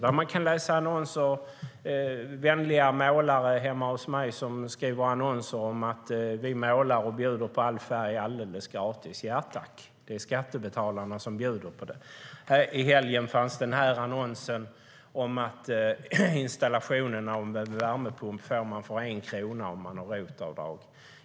Vi kunde läsa annonser om att vänliga målare målar om och bjuder på all färg gratis. Ja, tack, det är skattebetalarna som bjuder på det. I helgen såg jag en annons om att man får en installation av en värmepump för 1 krona genom ROT-avdrag.